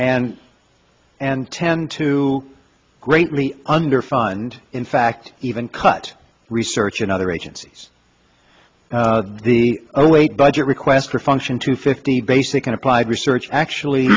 and and tend to greatly under fund in fact even cut research and other agencies the await budget request for function to fifty basic and applied research actually